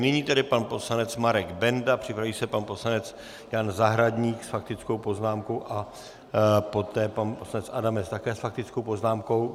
Nyní tedy pan poslanec Marek Benda, připraví se pan poslanec Jan Zahradník s faktickou poznámkou a poté pan poslanec Adamec také s faktickou poznámkou.